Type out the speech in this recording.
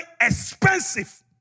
expensive